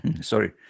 sorry